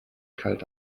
kalt